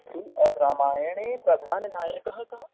रामायणे प्रधाननायकः कः